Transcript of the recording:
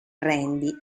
randy